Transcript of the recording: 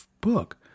book